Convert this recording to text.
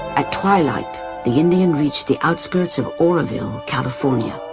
at twilight the indian reached the outskirts of oroville, california.